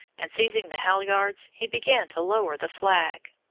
and seizing the halyards, he began to lower the flag.